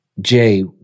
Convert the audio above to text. Jay